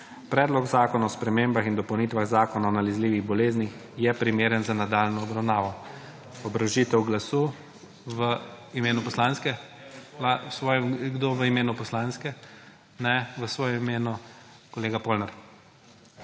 Predlog zakona o spremembah in dopolnitvah Zakona o nalezljivih boleznih je primeren za nadaljnjo obravnavo. Obrazložitev glasu v imenu poslanske? Kdo v imenu poslanske? Ne. V svojem imenu kolega Polnar.